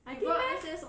I did meh